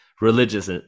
religious